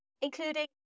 including